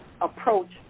approach